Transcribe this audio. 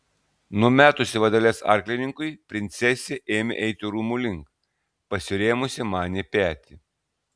numetusi vadeles arklininkui princesė ėmė eiti rūmų link pasirėmusi man į petį